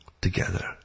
together